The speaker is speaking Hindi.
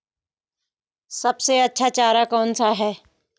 सबसे अच्छा चारा कौन सा है?